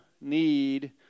need